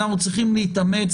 אנחנו צריכים להתאמץ,